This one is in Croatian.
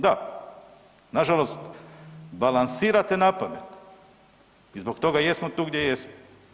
Da, nažalost balansirate napamet i zbog toga jesmo tu gdje jesmo.